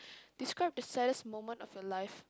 describe the saddest moment of your life